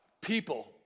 people